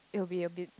it will be a bit